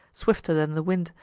swifter than the wind,